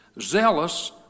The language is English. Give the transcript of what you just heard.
zealous